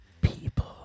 people